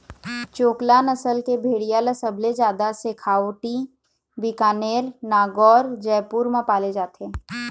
चोकला नसल के भेड़िया ल सबले जादा सेखावाटी, बीकानेर, नागौर, जयपुर म पाले जाथे